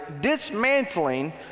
dismantling